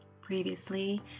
Previously